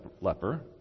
leper